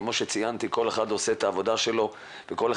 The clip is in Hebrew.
כפי שציינתי כל אחד עושה את עבודתו ומתאמץ